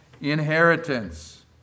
inheritance